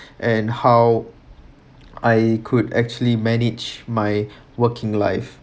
and how I could actually manage my working life